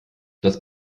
das